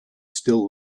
still